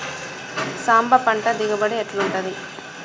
సాంబ పంట దిగుబడి ఎట్లుంటది?